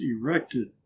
erected